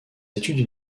études